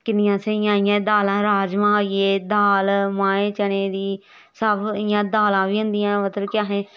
किन्नियां स्हेई असें इ'यां दालां राजमांह् होई गे दाल माएं चने दी सब इ'यां दालां बी होंदियां मतलब कि असें